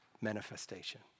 manifestation